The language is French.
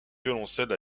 violoncelle